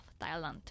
Thailand